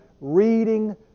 reading